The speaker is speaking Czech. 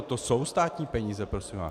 To jsou státní peníze, prosím vás.